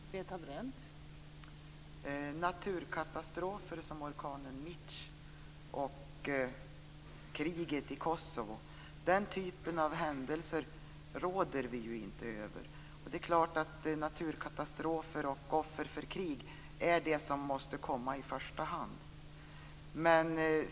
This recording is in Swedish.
Fru talman! Naturkatastrofer som orkanen Mitch och kriget i Kosovo råder vi inte över. Det är klart att naturkatastrofer och offer för krig är det som måste komma i första hand.